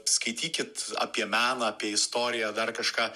skaitykit apie meną apie istoriją dar kažką